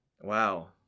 Wow